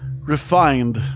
refined